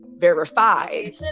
verified